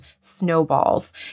snowballs